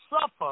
suffer